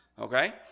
okay